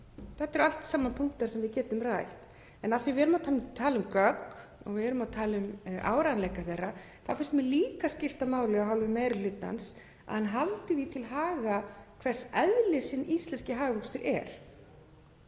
Þetta eru allt saman punktar sem við getum rætt. En af því að við erum að tala um gögn og við erum að tala um áreiðanleika þeirra þá finnst mér líka skipta máli af hálfu meiri hlutans að hann haldi því til haga hvers eðlis hinn íslenski hagvöxtur er.